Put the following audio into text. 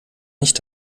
nicht